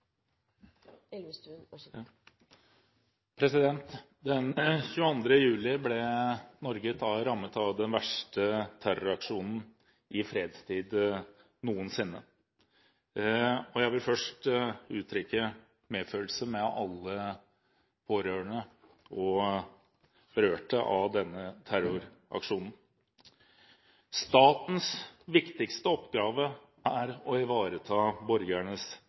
i, og at toleranse er ei særs viktig grunnhaldning. Den 22. juli ble Norge rammet av den verste terroraksjonen i fredstid noensinne. Jeg vil først uttrykke medfølelse med alle pårørende og berørte av denne terroraksjonen. Statens viktigste oppgave er å ivareta